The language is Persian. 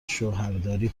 شوهرداری